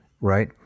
right